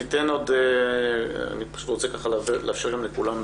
אני חושבת שלכן התקנות האלה זה לא עוד תחום